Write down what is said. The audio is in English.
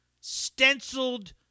stenciled